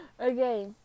Okay